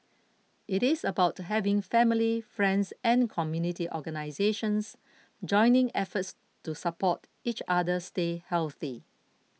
it is about having family friends and community organisations joining efforts to support each other stay healthy